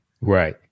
right